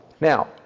Now